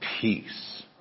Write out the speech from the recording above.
peace